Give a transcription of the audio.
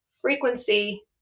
frequency